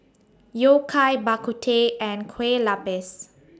Yao Cai Bak Kut Teh and Kueh Lapis